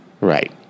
Right